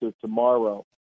tomorrow